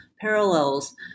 parallels